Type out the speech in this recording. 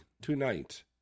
tonight